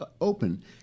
open